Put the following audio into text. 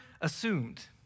assumed